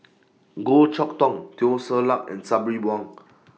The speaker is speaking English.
Goh Chok Tong Teo Ser Luck and Sabri Buang